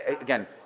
Again